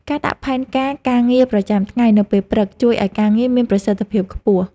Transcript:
ការដាក់ផែនការការងារប្រចាំថ្ងៃនៅពេលព្រឹក ជួយឱ្យការងារមានប្រសិទ្ធភាពខ្ពស់។